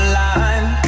line